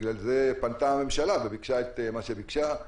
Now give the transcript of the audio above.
בגלל זה פנתה הממשלה וביקשה את מה שביקשה.